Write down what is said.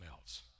else